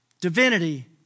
divinity